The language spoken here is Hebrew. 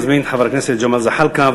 אני מזמין את חבר הכנסת ג'מאל זחאלקה,